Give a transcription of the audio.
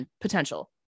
potential